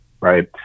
Right